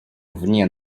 вне